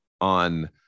on